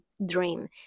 Dream